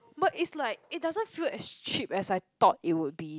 what is like it doesn't feel as cheap as I thought it will be